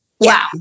Wow